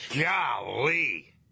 Golly